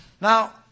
Now